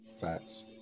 Facts